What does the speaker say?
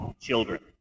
children